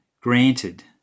Granted